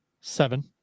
seven